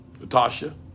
Natasha